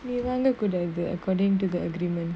நீ வாங்ககூடாது:nee vaangakoodaathu according to the agreement